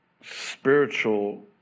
spiritual